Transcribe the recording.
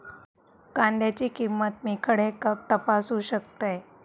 कांद्याची किंमत मी खडे तपासू शकतय?